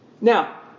Now